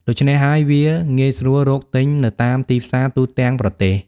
ដូច្នេះហើយ វាងាយស្រួលរកទិញនៅតាមទីផ្សារទូទាំងប្រទេស។